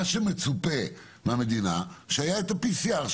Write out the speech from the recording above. היה מצופה מהמדינה לתת את ה-PCR.